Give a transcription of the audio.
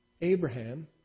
Abraham